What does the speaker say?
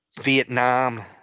Vietnam